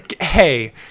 Hey